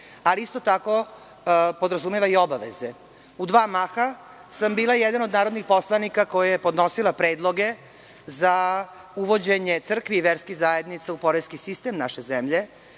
Ali isto tako podrazumeva i obaveze.U dva maha sam bila jedan od narodnih poslanika koja je podnosila predloge za uvođenje crkvi i verskih zajednica u poreski sistem naše zemlje,